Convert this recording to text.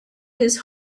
his